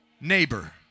neighbor